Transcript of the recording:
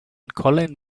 colin